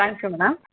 thank you madam